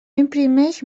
imprimeix